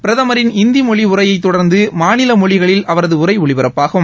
பிரதமரின் ஹிந்தி மொழி உரையைத் தொடர்ந்து மாநில மொழிகளில் அவரது உரை ஒலிபரப்பாகும்